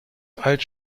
alt